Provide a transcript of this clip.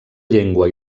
llengua